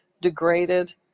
degraded